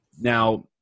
Now